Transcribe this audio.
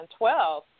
2012